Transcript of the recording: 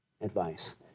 advice